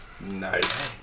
Nice